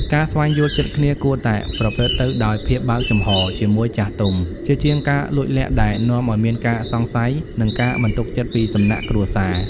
ការស្វែងយល់ចិត្តគ្នាគួរតែប្រព្រឹត្តទៅដោយ "ភាពបើកចំហ" ជាមួយចាស់ទុំ ជាជាងការលួចលាក់ដែលនាំឱ្យមានការសង្ស័យ និងការមិនទុកចិត្តពីសំណាក់គ្រួសារ។